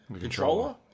controller